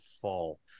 Fall